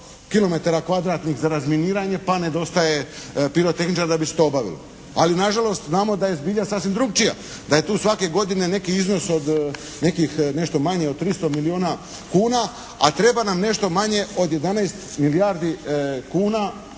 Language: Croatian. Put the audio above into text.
za razminiranje pa nedostaje pirotehničara da bi se to obavilo, ali na žalost znamo da je zbilja sasvim drukčija, da je tu svake godine neki iznos od nekih nešto manje od 300 milijona kuna, a treba nam nešto manje od 11 milijardi kuna